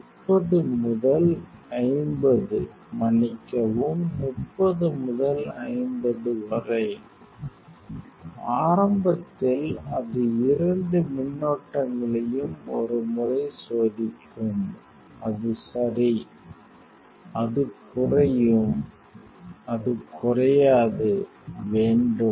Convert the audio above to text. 30 முதல் 50 மன்னிக்கவும் 30 முதல் 50 வரை ஆரம்பத்தில் அது இரண்டு மின்னோட்டங்களையும் ஒரு முறை சோதிக்கும் அது சரி அது குறையும் அது குறையாது வேண்டும்